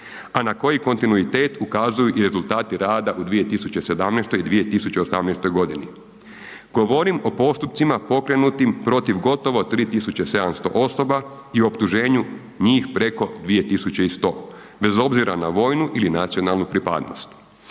a na koji kontinuitet ukazuju i rezultati rada u 2017. i 2018. godini. Govorim o postupcima pokrenutim protiv gotovo 3.700 osoba i optuženju njih preko 2.100, bez obzira na vojnu ili nacionalnu pripadnost.